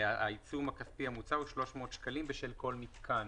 והעיצום הכספי המוצע הוא 300 שקלים בשל כל מתקן.